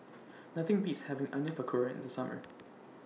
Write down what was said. Nothing Beats having Onion Pakora in The Summer